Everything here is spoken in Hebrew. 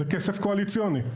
זה כסף קואליציוני.